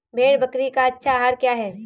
भेड़ बकरी का अच्छा आहार क्या है?